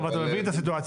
אבל אתה מבין את הסיטואציה,